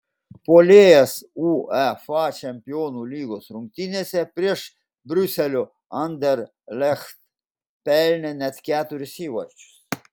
puolėjas uefa čempionų lygos rungtynėse prieš briuselio anderlecht pelnė net keturis įvarčius